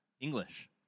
English